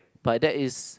but that is